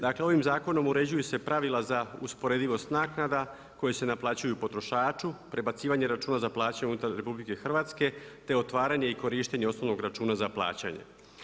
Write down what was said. Dakle, ovim zakonom uređuju se pravila za usporedivost naknada koje se naplaćuju potrošaču, prebacivanje računa za plaće unutar RH te otvaranje i korištenje osnovnog računa za plaćanje.